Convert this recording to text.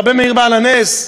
מקבר רבי מאיר בעל הנס?